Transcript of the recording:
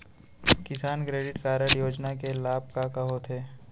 किसान credit card योजना के लाभ का का होथे?